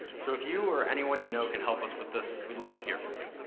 so if you or anyone you know can help us with this, we'd love to hear from you.